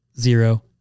zero